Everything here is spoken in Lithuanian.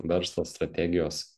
verslo strategijos